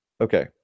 Okay